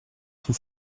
son